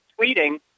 tweeting